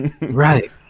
Right